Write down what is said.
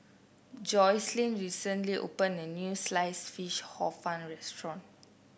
Jocelyn recently opened a new Sliced Fish Hor Fun restaurant